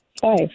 Five